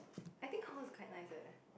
I think hall is quite nice leh